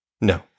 no